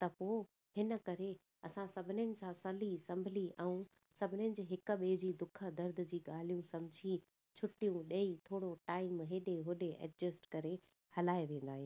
त पोइ हिन करे असां सभिनीनि सां सली संभली ऐं सभिनी जी हिक ॿिए जी दुख दर्द जी ॻाल्हियूं सम्झी छुटियूं ॾेई थोरो टाइम एॾे ओॾे एडजस्ट करे हलाए वेंदा आहियूं